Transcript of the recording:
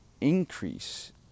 increase